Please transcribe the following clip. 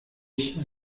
ich